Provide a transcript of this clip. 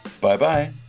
Bye-bye